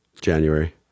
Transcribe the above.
January